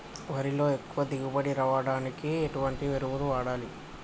వరిలో ఎక్కువ దిగుబడి రావడానికి ఎటువంటి ఎరువులు వాడాలి?